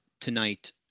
tonight